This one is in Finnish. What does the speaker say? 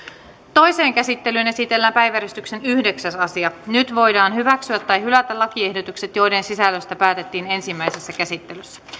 toiseen käsittelyyn esitellään päiväjärjestyksen yhdeksäs asia nyt voidaan hyväksyä tai hylätä lakiehdotukset joiden sisällöstä päätettiin ensimmäisessä käsittelyssä